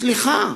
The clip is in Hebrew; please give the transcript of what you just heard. סליחה,